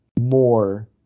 more